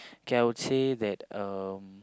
K I would say that um